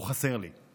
הוא חסר לי.